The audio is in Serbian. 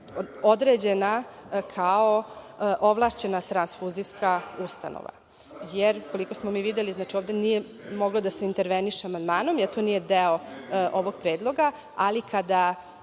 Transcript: određena kao ovlašćena transfuzijska ustanova. Koliko smo mi videli, znači, ovde nije moglo da se interveniše amandmanom, jer to nije deo ovog predloga, ali kada